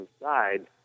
inside